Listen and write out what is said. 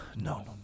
no